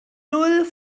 null